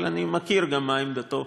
אבל אני מכיר גם מה עמדתו,